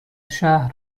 شهر